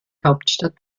hauptstadt